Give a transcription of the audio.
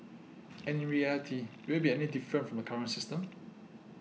and in reality will it be any different from the current system